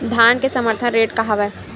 धान के समर्थन रेट का हवाय?